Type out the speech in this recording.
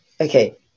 Okay